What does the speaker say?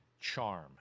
charm